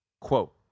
Quote